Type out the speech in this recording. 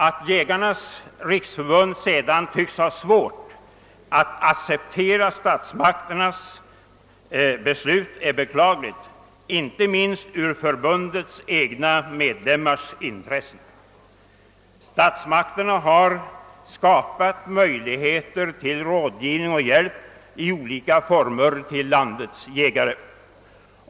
Att man i Jägarnas riksförbund sedan tycks ha svårt att acceptera statsmakternas beslut är beklagligt, inte minst med hänsyn till de egna förbundsmedlemmarnas intresse. Statsmakterna har skapat möjligheter att lämna landets jägare råd och hjälp i olika former.